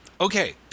okay